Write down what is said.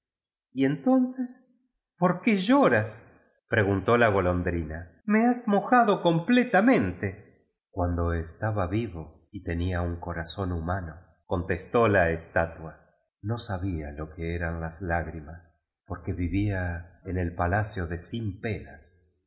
y entonces por qué lloras preguntó la golondrina me lias mojado completamente cuando estaba vivo y tenía un corazón hu mano contestó la estatua no sabía lo que eran las lágrimas porque vivía en d palacio de sinpenas